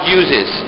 uses